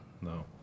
No